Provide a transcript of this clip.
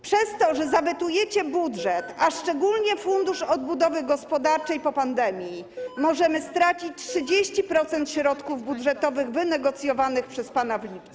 Przez to, że zawetujecie budżet, szczególnie fundusz odbudowy gospodarczej, po pandemii możemy stracić 30% środków budżetowych wynegocjowanych przez pana w lipcu.